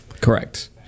Correct